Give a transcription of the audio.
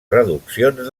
reduccions